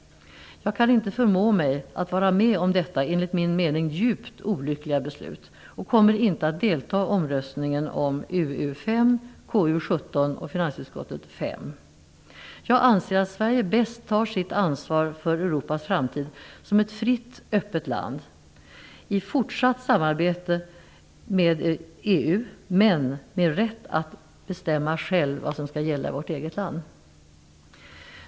Jag kan inte förmå mig att vara med om detta, enligt min mening, djupt olyckliga beslut och kommer inte att delta i omröstningen om UU5, KU17 och FiU5. Jag anser att Sverige bäst tar sitt ansvar för Europas framtid som ett fritt, öppet land i fortsatt samarbete med EU, men med rätt att bestämma självt vad som skall gälla i vårt eget land.